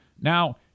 Now